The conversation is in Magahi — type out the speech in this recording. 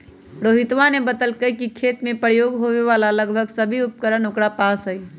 रोहितवा ने बतल कई कि खेत में प्रयोग होवे वाला लगभग सभी उपकरण ओकरा पास हई